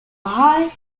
high